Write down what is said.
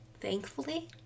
Thankfully